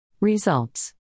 Results